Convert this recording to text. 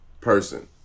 person